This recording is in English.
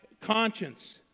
conscience